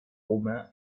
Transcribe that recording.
romain